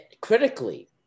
critically